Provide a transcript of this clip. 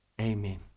Amen